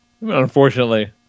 Unfortunately